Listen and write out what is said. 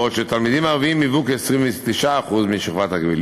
בעוד שתלמידים ערבים היוו כ-29% משכבת הגיל.